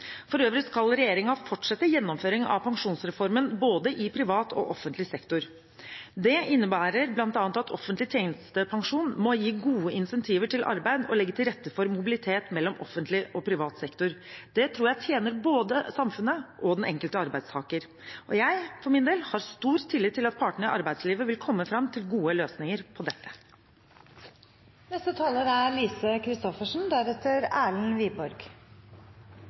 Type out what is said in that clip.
For øvrig skal regjeringen fortsette gjennomføring av pensjonsreformen i både privat og offentlig sektor. Det innebærer bl.a. at offentlig tjenestepensjon må gi gode incentiver til arbeid og legge til rette for mobilitet mellom offentlig og privat sektor. Det tror jeg tjener både samfunnet og den enkelte arbeidstaker, og jeg for min del har stor tillit til at partene i arbeidslivet vil komme fram til gode løsninger på